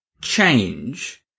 change